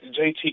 JT